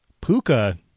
Puka